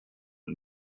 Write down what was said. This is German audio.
und